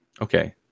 Okay